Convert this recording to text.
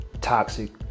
toxic